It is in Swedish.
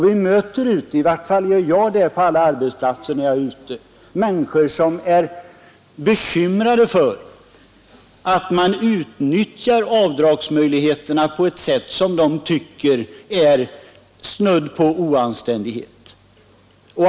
Vi möter ute i landet — i varje fall gör jag det när jag besöker arbetsplatser — människor som är bekymrade över att avdragsmöjligheterna utnyttjas på ett sätt som de anser vara snudd på oanständighet.